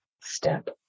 Step